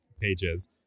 pages